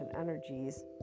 energies